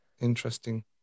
interesting